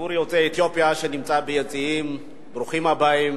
ציבור יוצאי אתיופיה שנמצא ביציעים, ברוכים הבאים.